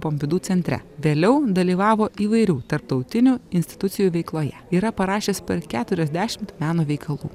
pompidu centre vėliau dalyvavo įvairių tarptautinių institucijų veikloje yra parašęs per keturiasdešimt meno veikalų